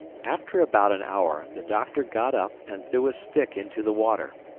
after about an hour the doctor got up and threw a stick into the water.